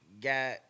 got